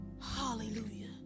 Hallelujah